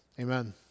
Amen